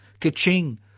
Ka-ching